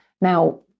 Now